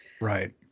right